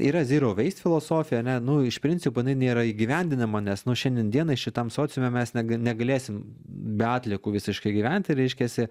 yra zyrau veist filosofija ane nu iš principo nėra įgyvendinama nes nu šiandien dienai šitam sociume mes negalėsim be atliekų visiškai gyventi reiškiasi